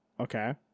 Okay